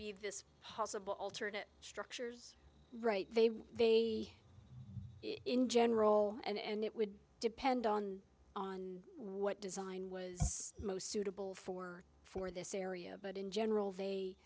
be this possible alternate structures right they were they in general and it would depend on on what design was most suitable for for this area but in general they